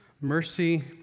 mercy